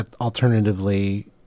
alternatively